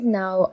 now